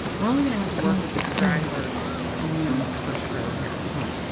we're only going to have to work with this straggler only on this first row here. well,